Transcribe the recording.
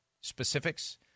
specifics